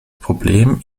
problem